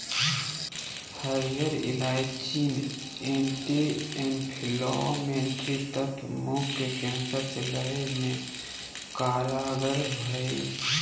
हरीयर इलायची मे एंटी एंफलामेट्री तत्व मुंह के कैंसर से लड़े मे कारगर हई